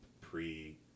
pre